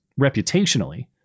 reputationally